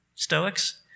Stoics